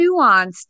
nuanced